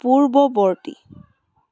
পূৰ্ৱবৰ্তী